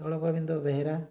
Dol Kabinda Behera